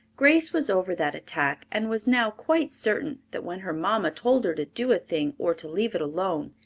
grace was over that attack, and was now quite certain that when her mamma told her to do a thing or to leave it alone,